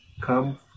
come